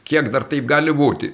kiek dar taip gali būti